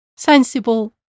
sensible